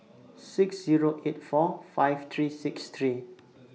six Zero eight four five three six three